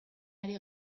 ari